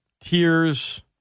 tears